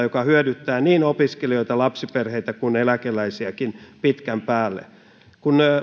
joka hyödyttää niin opiskelijoita lapsiperheitä kuin eläkeläisiäkin pitkän päälle kun